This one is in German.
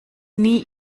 nie